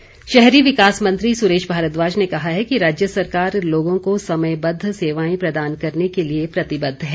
भारद्वाज शहरी विकास मंत्री सुरेश भारद्वाज ने कहा है कि राज्य सरकार लोगों को समयबद्ध सेवाएं प्रदान करने के लिए प्रतिबद्ध है